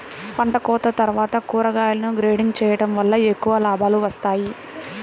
పంటకోత తర్వాత కూరగాయలను గ్రేడింగ్ చేయడం వలన ఎక్కువ లాభాలు వస్తాయి